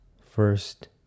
first